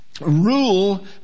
rule